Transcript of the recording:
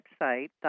website